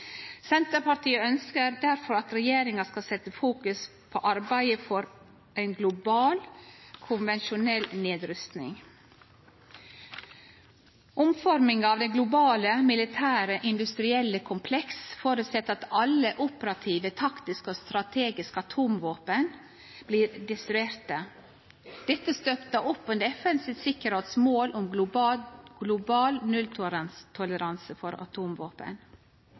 Senterpartiet ønskjer difor at regjeringa skal setje fokus på arbeidet for ei global konvensjonell nedrusting. Omforminga av det globale militære industrielle komplekset føreset at alle operative, taktiske og strategiske atomvåpen blir destruerte. Dette stør opp under FNs tryggingsråds mål om global nulltoleranse for atomvåpen.